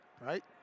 right